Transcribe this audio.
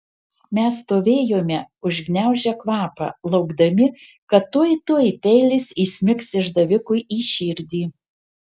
mes stovėjome užgniaužę kvapą laukdami kad tuoj tuoj peilis įsmigs išdavikui į širdį